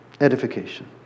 Edification